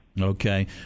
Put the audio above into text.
Okay